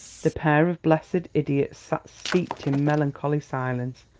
the pair of blessed idiots sat steeped in melancholy silence,